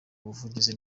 ubuvuzi